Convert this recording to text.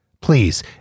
Please